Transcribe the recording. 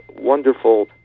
wonderful